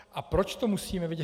A proč to musíme vědět?